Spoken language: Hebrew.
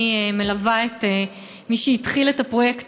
אני מלווה את מי שהתחילו את הפרויקט